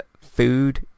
food